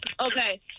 Okay